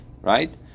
right